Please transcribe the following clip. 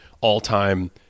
all-time